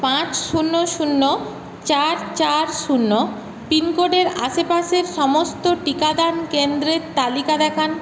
পাঁচ শূন্য শূন্য চার চার শূন্য পিনকোডের আশেপাশের সমস্ত টিকাদান কেন্দ্রের তালিকা দেখান